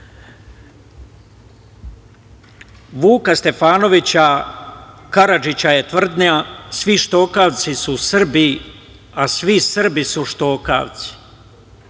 Stefanovića Karadžića je tvrdnja: „svi štokavci su Srbi, a svi Srbi su štokavci“.